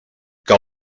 que